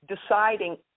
deciding